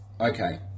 Okay